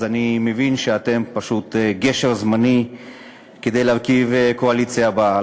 אז אני מבין שאתם פשוט גשר זמני כדי להרכיב את הקואליציה הבאה.